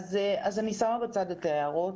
אז אני שמה בצד את ההערות,